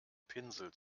pinsel